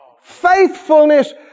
Faithfulness